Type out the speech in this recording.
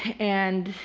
and,